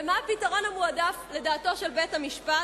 ומה הפתרון המועדף, לדעתו של בית-המשפט?